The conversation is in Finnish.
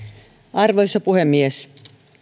arvoisa puhemies